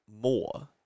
more